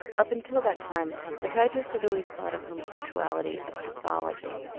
up until that time psychiatrists had always thought of homosexuality as pathology,